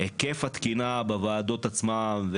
היקף התקינה בוועדות עצמן,